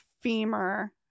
femur